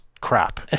crap